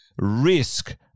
risk